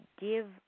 give